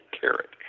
carrot